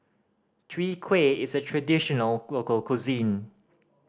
Chwee Kueh is a traditional local cuisine